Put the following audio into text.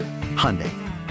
Hyundai